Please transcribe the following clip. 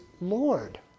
Lord